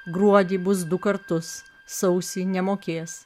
gruodį bus du kartus sausį nemokės